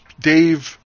Dave